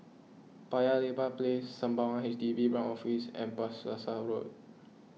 Paya Lebar Place Sembawang H D B Branch Office and Bras Basah Road